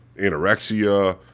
anorexia